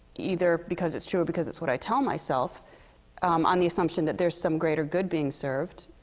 either because it's true or because it's what i tell myself on the assumption that there's some greater good being served.